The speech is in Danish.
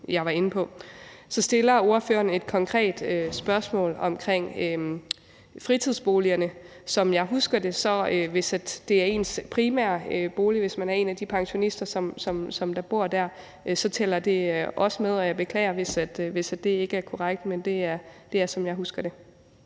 Så stiller ordføreren et konkret spørgsmål omkring fritidsboligerne. Som jeg husker det, tæller det, hvis det er ens primære bolig, og hvis man er en af de pensionister, der bor der, også med, og jeg beklager, hvis det ikke er korrekt. Men det er, som jeg husker det.